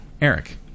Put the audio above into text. Eric